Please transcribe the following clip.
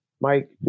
Mike